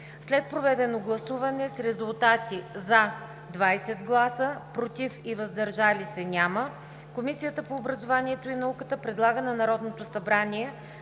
След проведено гласуване с резултати: „за” – 20 гласа, без „против“ и „въздържали се“, Комисията по образованието и науката предлага на Народното събрание